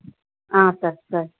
sir sir